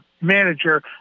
manager